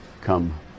come